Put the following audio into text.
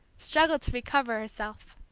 struggled to recover herself.